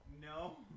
no